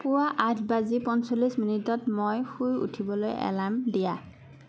পুৱা আঠ বাজি পঞ্চল্লিছ মিনিটত মই শুই উঠিবলৈ এলাৰ্ম দিয়া